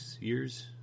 Year's